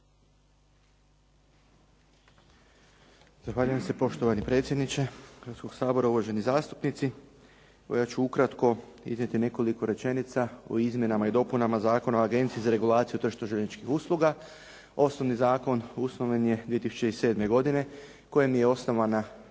Zahvaljujem se poštovani predsjedniče Hrvatskog sabora. Uvaženi zastupnici. Ja ću ukratko iznijeti nekoliko rečenica o izmjenama i dopunama Zakona o Agenciji za regulaciju tržišta željezničkih usluga. Osnovni zakon usvojen je 2007. godine kojim je osnovana